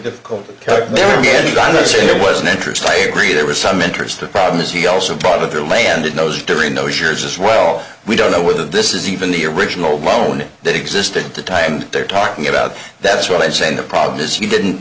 difficult to say there was an interest i agree there was some interesting problem is he also part of their land in those during those years as well we don't know whether this is even the original loan that existed at the time and they're talking about that's what i'm saying the problem is you didn't